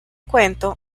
cuento